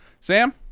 Sam